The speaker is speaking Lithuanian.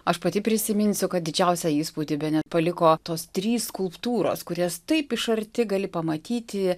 aš pati prisiminsiu kad didžiausią įspūdį bene paliko tos trys skulptūros kurias taip iš arti gali pamatyti